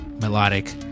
melodic